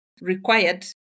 required